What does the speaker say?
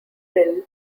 pill